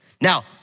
Now